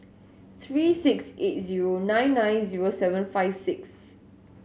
three six eight zero nine nine zero seven five six